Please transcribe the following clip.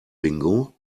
bingo